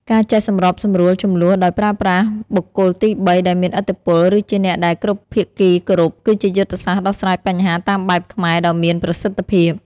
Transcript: ការចេះសម្របសម្រួលជម្លោះដោយប្រើប្រាស់បុគ្គលទីបីដែលមានឥទ្ធិពល ឬជាអ្នកដែលគ្រប់ភាគីគោរព គឺជាយុទ្ធសាស្ត្រដោះស្រាយបញ្ហាតាមបែបខ្មែរដ៏មានប្រសិទ្ធភាព។